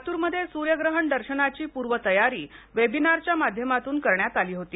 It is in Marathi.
लातूरमध्ये सूर्य ग्रहण दर्शनाची पूर्वतयारी वेबिनारच्या माध्यमातून करण्यात आली होती